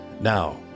Now